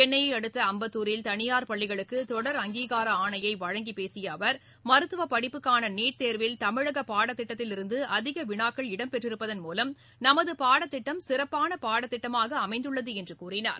சென்னையை அடுத்த அம்பத்தூரில் தனியார் பள்ளிகளுக்கு தொடர் அங்கீகார ஆணையை வழங்கி பேசிய அவர் மருத்துவப் படிப்புக்கான நீட் தேர்வில் தமிழக பாடத்திட்டத்தில் இருந்து அதிக விளாக்கள் இடம்பெற்றிருப்பதன் மூலம் நமது பாடத்திட்டம் சிறப்பான பாடத்திட்டமாக அமைந்துள்ளது என்று கூறினார்